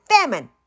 famine